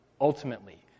Ultimately